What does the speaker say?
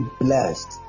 blessed